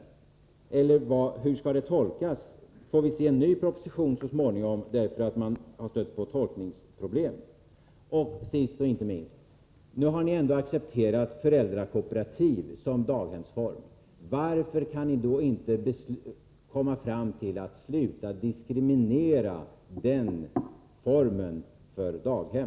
Eller hur skall detta tolkas? Får vi så småningom se en ny proposition, på grund av att man har stött på tolkningsproblem? Sist men inte minst: Ni har nu trots allt accepterat föräldrakooperativ som daghemsform. Varför kan ni då inte också komma fram till ett ställningstagande som innebär att ni slutar diskriminera den formen av daghem?